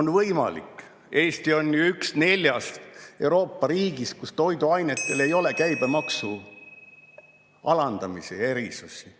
on võimalik. Eesti on üks neljast Euroopa riigist, kus toiduainetele ei ole käibemaksu alandamise erisusi.